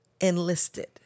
enlisted